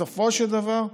בסופו של דבר,